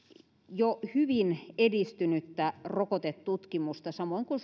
jo hyvin edistynyttä rokotetutkimusta samoin kuin